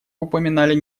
упоминали